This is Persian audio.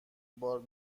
بار